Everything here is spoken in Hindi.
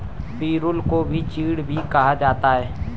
पिरुल को ही चीड़ भी कहा जाता है